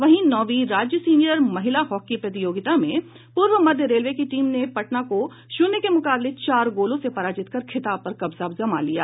वहीं नौवीं राज्य सीनियर महिला हॉकी प्रतियोगिता में पूर्व मध्य रेलवे की टीम ने पटना को शून्य के मुकाबले चार गोलों से पराजित कर खिताब पर कब्जा जमा लिया